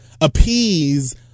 appease